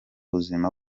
buzima